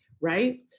right